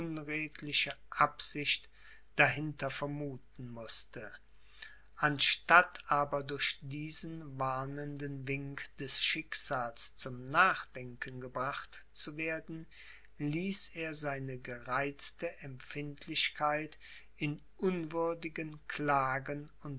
absicht dahinter vermuthen mußte anstatt aber durch diesen warnenden wink des schicksals zum nachdenken gebracht zu werden ließ er seine gereizte empfindlichkeit in unwürdigen klagen